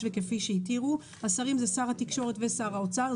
וכפי שהתירו." "השרים" זה שר התקשורת ושר האוצר.